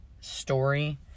story